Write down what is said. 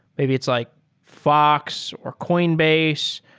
maybe it's like fox, or coinbase.